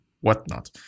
whatnot